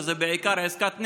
שזה בעיקר עסקת נשק.